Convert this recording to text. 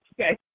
Okay